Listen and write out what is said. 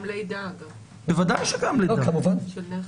גם לידה, אגב, של נכד.